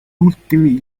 ultimi